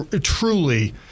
truly